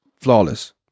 flawless